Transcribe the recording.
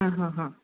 हा हा हा